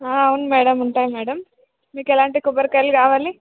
అవును మేడం ఉంటాయి మేడం మీకు ఎలాంటి కొబ్బరికాయలు కావాలి